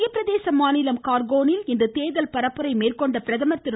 மத்திய பிரதேச மாநிலம் கார்கோனில் இன்று தேர்தல் பரப்புரை மேற்கொண்ட பிரதமர் திரு